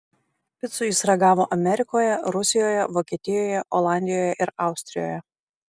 picų jis ragavo amerikoje rusijoje vokietijoje olandijoje ir austrijoje